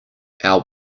our